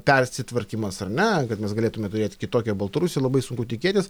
persitvarkymas ar ne kad mes galėtumėme turėti kitokią baltarusiją labai sunku tikėtis